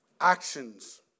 actions